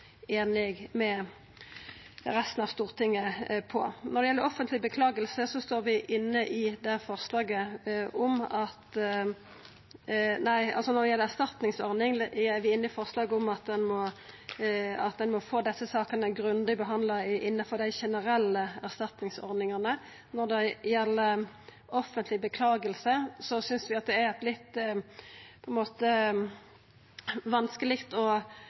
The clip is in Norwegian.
einig med resten av Stortinget i at ein tok bort krav til medisinsk diagnose og sterilisering. Når det gjeld erstatningsordning, står vi inne i forslaget om at ein må få desse sakene grundig behandla innanfor dei generelle erstatningsordningane. Når det gjeld offentleg orsaking, synest vi det er litt vanskeleg å gå inn og vedta noko slikt i Stortinget. Ein kan sjå for seg at ein skulle kunne vedta det med eit knapt fleirtal. Det er ikkje på